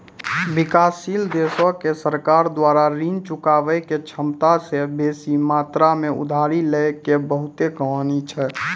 विकासशील देशो के सरकार द्वारा ऋण चुकाबै के क्षमता से बेसी मात्रा मे उधारी लै के बहुते कहानी छै